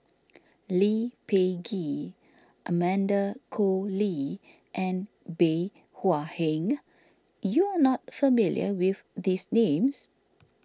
Lee Peh Gee Amanda Koe Lee and Bey Hua Heng you are not familiar with these names